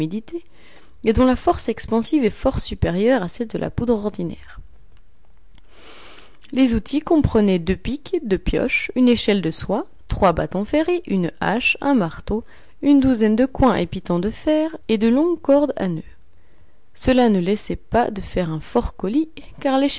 et dont la force expansive est fort supérieure à celle de la poudre ordinaire les outils comprenaient deux pics deux pioches une échelle de soie trois bâtons ferrés une hache un marteau une douzaine de coins et pitons de fer et de longues cordes à noeuds cela ne laissait pas de faire un fort colis car